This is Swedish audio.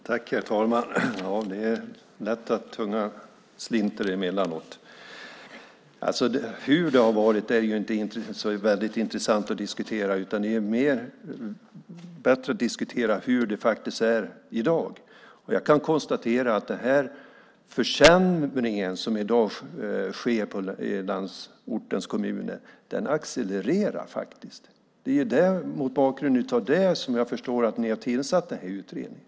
Herr talman! Det är lätt att tungan slinter emellanåt. Hur det har varit är inte så väldigt intressant att diskutera, utan det är bättre att diskutera hur det är i dag. Jag kan konstatera att den försämring som i dag sker i landsortens kommuner faktiskt accelererar. Jag förstår att det är mot bakgrund av det som ni har tillsatt den här utredningen.